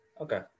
Okay